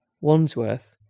Wandsworth